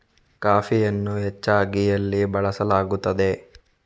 ಕಾಫಿಯನ್ನು ಹೆಚ್ಚಾಗಿ ಎಲ್ಲಿ ಬೆಳಸಲಾಗುತ್ತದೆ?